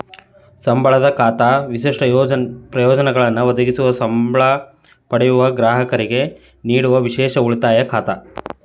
ಸಂಬಳದ ಖಾತಾ ವಿಶಿಷ್ಟ ಪ್ರಯೋಜನಗಳು ಒದಗಿಸುವ ಸಂಬ್ಳಾ ಪಡೆಯುವ ಗ್ರಾಹಕರಿಗೆ ನೇಡುವ ವಿಶೇಷ ಉಳಿತಾಯ ಖಾತಾ